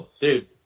dude